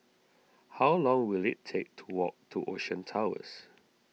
how long will it take to walk to Ocean Towers